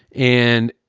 and.